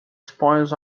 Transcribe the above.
spoils